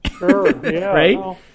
right